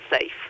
safe